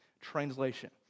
Translation